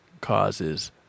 causes